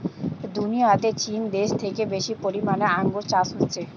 দুনিয়াতে চীন দেশে থেকে বেশি পরিমাণে আঙ্গুর চাষ হচ্ছে